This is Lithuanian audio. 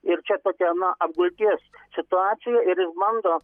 ir čia tokia na apgulties situacija ir jis bando